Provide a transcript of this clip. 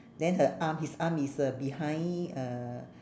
then her arm his arm is uh behind uh